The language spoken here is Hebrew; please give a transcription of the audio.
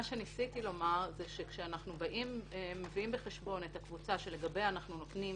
מה שניסיתי לומר זה שכשאנחנו מביאים בחשבון את הקבוצה שלגביה אנחנו נותנים